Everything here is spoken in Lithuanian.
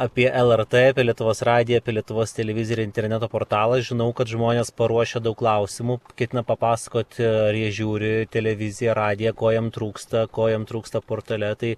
apie lrt apie lietuvos radiją apie lietuvos televiziją ir interneto portalą žinau kad žmonės paruošę daug klausimų ketina papasakoti ar jie žiūri televiziją radiją ko jiemm trūksta ko jiem trūksta portale tai